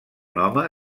home